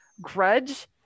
grudge